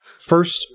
First